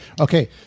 Okay